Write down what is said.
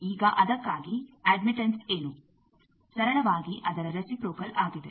ಈಗ ಅದಕ್ಕಾಗಿ ಅಡ್ಮಿಟ್ಟನ್ಸ್ ಏನು ಸರಳವಾಗಿ ಅದರ ರೆಸಿಪ್ರೋಕಲ್ ಆಗಿದೆ